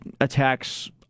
attacks